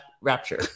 rapture